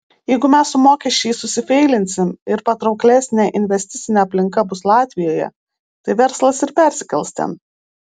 jeigu mes su mokesčiais susifeilinsim ir patrauklesnė investicinė aplinka bus latvijoje tai verslas ir persikels ten